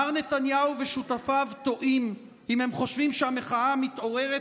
מר נתניהו ושותפיו טועים אם הם חושבים שהמחאה המתעוררת